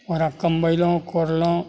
ओकरा कमबैलहुॅं कोड़लहुॅं